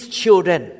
children